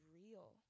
real